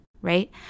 right